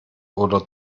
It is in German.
oder